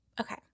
Okay